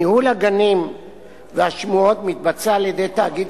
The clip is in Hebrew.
ניהול הגנים והשמורות מתבצע על-ידי תאגיד